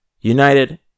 United